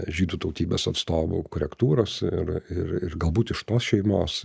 žydų tautybės atstovų korektūros ir ir ir galbūt iš tos šeimos